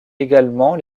également